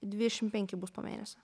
dvidešimt penki bus po mėnesio